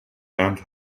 and